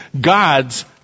God's